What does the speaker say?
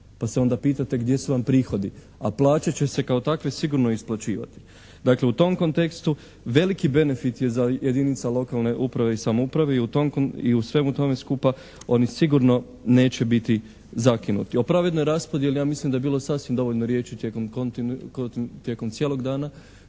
Pa se onda pitate gdje su vam prihodi? A plaće će se kao takve sigurno isplaćivati. Dakle, u tom kontekstu veliki benefit je za jedinice lokalne uprave i samouprave i u svemu tome skupa oni sigurno neće biti zakinuti. O pravednoj raspodjeli ja mislim da je bilo sasvim dovoljno riječi tijekom cijelog dana,